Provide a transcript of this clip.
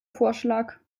vorschlag